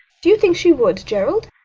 do you think she would, gerald?